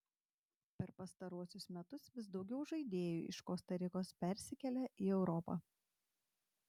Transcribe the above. per pastaruosius metus vis daugiau žaidėjų iš kosta rikos persikelia į europą